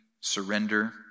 surrender